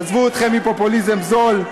עזבו אתכם מפופוליזם זול,